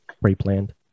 pre-planned